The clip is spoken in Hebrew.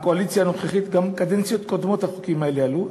הקואליציה הנוכחית: גם בקדנציות קודמות החוקים האלה עלו,